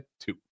two